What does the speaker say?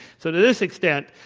so, to this extent,